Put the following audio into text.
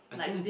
I think